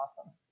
awesome